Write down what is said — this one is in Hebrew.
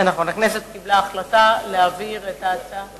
הצעת ועדת הכנסת להעביר את ההצעה